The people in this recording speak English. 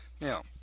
Now